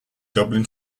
dublin